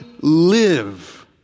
live